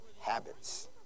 habits